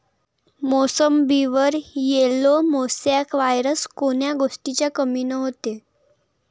मोसंबीवर yellow mosaic virus कोन्या गोष्टीच्या कमीनं होते?